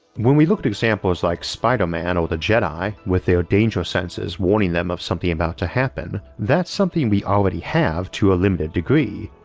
when we look at examples like spiderman or the jedi, with their danger senses warning them of something about to happen, that's something we already have to a limited degree,